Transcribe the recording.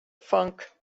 funk